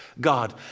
God